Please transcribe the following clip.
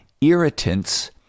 Irritants